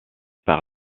par